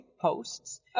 posts